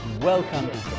Welcome